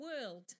world